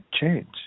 change